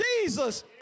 Jesus